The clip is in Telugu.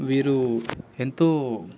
వీరు ఎంతో